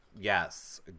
Yes